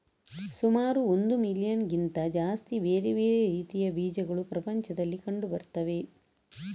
ಸುಮಾರು ಒಂದು ಮಿಲಿಯನ್ನಿಗಿಂತ ಜಾಸ್ತಿ ಬೇರೆ ಬೇರೆ ರೀತಿಯ ಬೀಜಗಳು ಪ್ರಪಂಚದಲ್ಲಿ ಕಂಡು ಬರ್ತವೆ